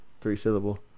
Three-syllable